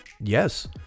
yes